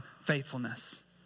faithfulness